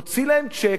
הוציא להם צ'ק.